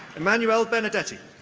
emmanuelle benedetti.